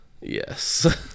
Yes